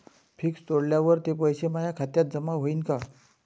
Fix तोडल्यावर ते पैसे माया खात्यात जमा होईनं का?